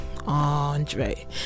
andre